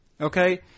Okay